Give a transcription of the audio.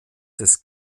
des